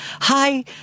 Hi